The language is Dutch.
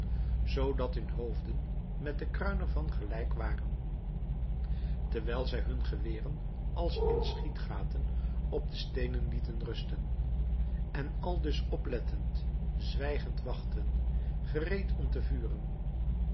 zoodat hun hoofden met de kruin er van gelijk waren terwijl zij hun geweren als in schietgaten op de steenen lieten rusten en aldus oplettend zwijgend wachtten gereed om te vuren